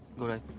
go right,